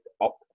up